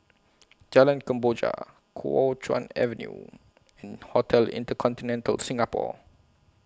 Jalan Kemboja Kuo Chuan Avenue and Hotel InterContinental Singapore